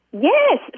Yes